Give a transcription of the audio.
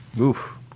Oof